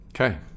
Okay